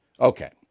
Okay